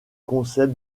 concept